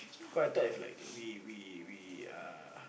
cause I thought if like we we we uh